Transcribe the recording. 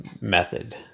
method